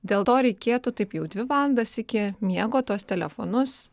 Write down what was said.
dėl to reikėtų taip jau dvi valandas iki miego tuos telefonus